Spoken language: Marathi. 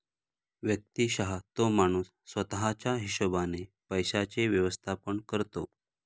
व्यक्तिशः तो माणूस स्वतः च्या हिशोबाने पैशांचे व्यवस्थापन करतो